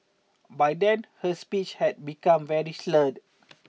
by then her speech had become very slurred